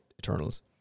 Eternals